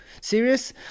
serious